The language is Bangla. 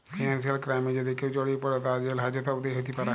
ফিনান্সিয়াল ক্রাইমে যদি কেউ জড়িয়ে পরে, তার জেল হাজত অবদি হ্যতে প্যরে